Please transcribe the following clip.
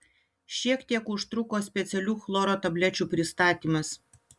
šiek tiek užtruko specialių chloro tablečių pristatymas